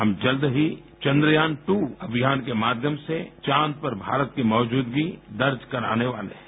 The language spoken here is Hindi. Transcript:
हम जल्द ही चन्द्रयान दो अभियान के माध्यम से चाँद पर भारत की मौजूदगी दर्ज कराने वाले हैं